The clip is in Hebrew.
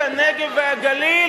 את הנגב והגליל,